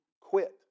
quit